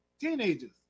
teenagers